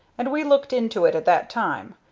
and we looked into it at that time.